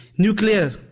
Nuclear